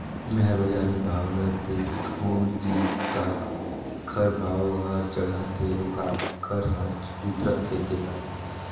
मे हर बाजार मे भाव ल देखथों जी काखर भाव हर चड़हत हे अउ काखर हर उतरत हे तोला